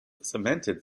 cemented